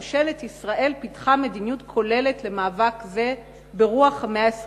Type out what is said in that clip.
ממשלת ישראל פיתחה מדיניות כוללת למאבק זה ברוח המאה ה-21.